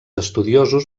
estudiosos